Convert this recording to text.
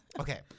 okay